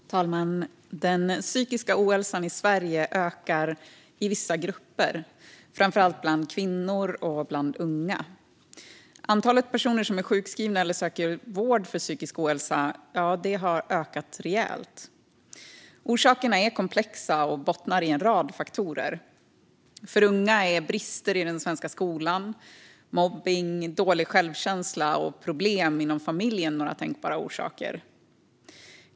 Fru talman! Den psykiska ohälsan i Sverige ökar i vissa grupper, framför allt bland kvinnor och unga. Antalet personer som är sjukskrivna eller söker vård för psykisk ohälsa har ökat rejält. Orsakerna är komplexa och bottnar i en rad faktorer. För unga är brister i den svenska skolan, mobbning, dålig självkänsla och problem inom familjen några tänkbara orsaker.